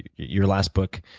your last book